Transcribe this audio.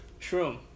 shroom